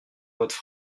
votre